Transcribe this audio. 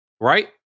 right